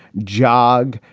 jog,